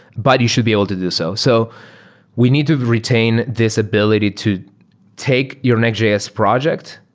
but you should be able to do so. so we need to retain this ability to take your nextjs project,